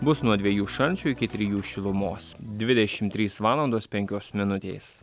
bus nuo dviejų šalčio iki trijų šilumos dvidešim trys valandos penkios minutės